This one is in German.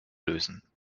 lösen